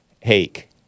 Hake